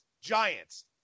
giants